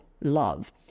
love